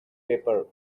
paper